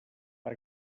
per